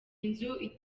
nzu